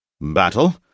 Battle